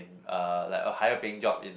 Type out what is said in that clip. uh like a higher paying job in